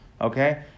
Okay